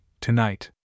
tonight